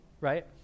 right